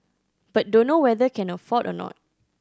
but dunno whether can afford or not